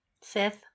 Sith